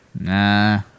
Nah